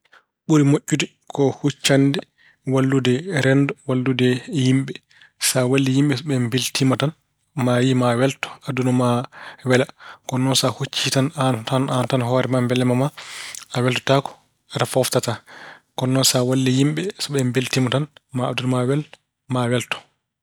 Ɓuri moƴƴude ko huccande wallude renndo, wallude yimɓe. Sa walli yimɓe, ɓe mbeltiima tan, maa yiyi maa welto, aduna ma wela. Ko noon sa huccii tan aan tan hoore ma mbelamma ma, a weltotaako, kadi a fooftataa. Ko noon sa walli yimɓe, so ɓeen mbeltiima tan maa aduna ma wel, maa welto.